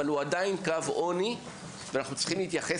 אבל הוא עדיין קו עוני ואנחנו צריכים להתייחס